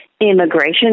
immigration